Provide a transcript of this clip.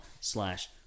slash